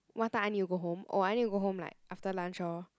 what time I need to go home oh I need to go home like after lunch orh